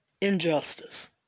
Injustice